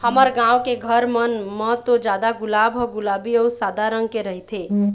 हमर गाँव के घर मन म तो जादा गुलाब ह गुलाबी अउ सादा रंग के रहिथे